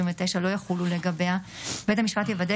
המקוטבת,